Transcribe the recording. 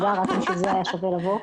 בשביל זה היה שווה לבוא.